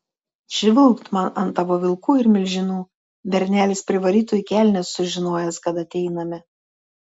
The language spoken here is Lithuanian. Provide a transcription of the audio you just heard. švilpt man ant tavo vilkų ir milžinų bernelis privarytų į kelnes sužinojęs kad ateiname